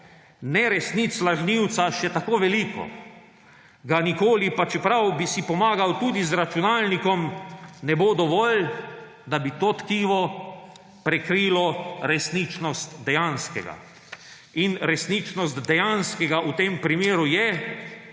neresnic lažnivca še tako veliko, ga nikoli, pa čeprav bi si pomagal tudi z računalnikom, ne bo dovolj, da bi to tkivo prekrilo resničnost dejanskega. In resničnost dejanskega v tem primeru je,